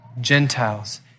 Gentiles